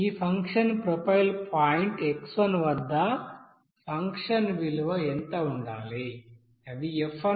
ఈ function profile point x1 వద్ద function విలువ ఎంత ఉండాలి అది f1